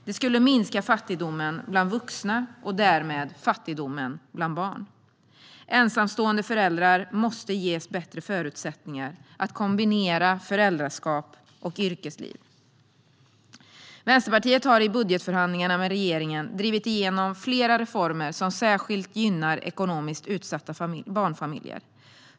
Det skulle minska fattigdomen bland vuxna och därmed fattigdomen bland barn. Ensamstående föräldrar måste ges bättre förutsättningar att kombinera föräldraskap och yrkesliv. Vänsterpartiet har i budgetförhandlingarna med regeringen drivit igenom flera reformer som särskilt gynnar ekonomiskt utsatta barnfamiljer.